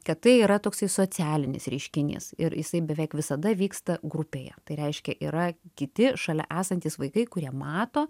kad tai yra toksai socialinis reiškinys ir jisai beveik visada vyksta grupėje tai reiškia yra kiti šalia esantys vaikai kurie mato